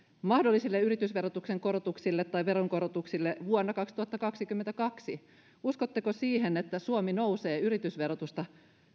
mahdollisille yritysverotuksen korotuksille tai veronkorotuksille vuonna kaksituhattakaksikymmentäkaksi uskotteko siihen että suomi nousee yritysverotusta